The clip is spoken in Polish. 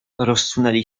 rozsunęli